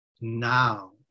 now